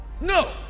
no